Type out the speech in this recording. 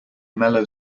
mellow